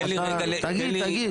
תגיד, תגיד.